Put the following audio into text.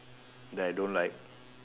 that I don't like